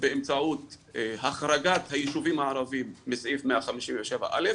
באמצעות החרגת הישובים הערבים מסעיף 157א',